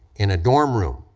in a dorm room